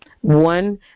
One